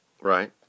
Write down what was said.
Right